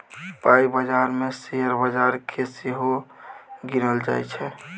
पाइ बजार मे शेयर बजार केँ सेहो गिनल जाइ छै